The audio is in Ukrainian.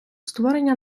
створення